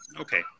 Okay